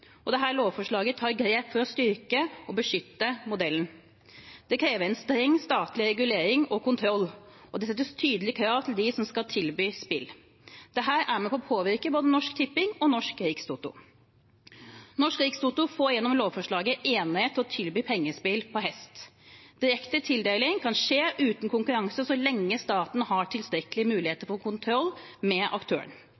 og beskytte enerettsmodellen. Dette lovforslaget tar grep for å styrke og beskytte modellen. Det krever en streng statlig regulering og kontroll, og det settes tydelige krav til dem som skal tilby spill. Dette er med på å påvirke både Norsk Tipping og Norsk Rikstoto. Norsk Rikstoto får gjennom lovforslaget enerett til å tilby pengespill på hest. Direkte tildeling kan skje uten konkurranse så lenge staten har